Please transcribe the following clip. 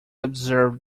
observed